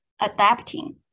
adapting